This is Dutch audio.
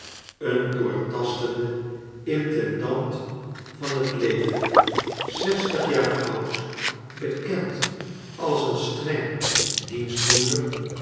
een doortastende intendant van het leger zestig iaar oud bekend als een streng